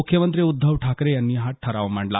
मुख्यमंत्री उद्धव ठाकरे यांनी हा ठराव मांडला